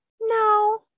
No